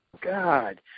God